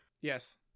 Yes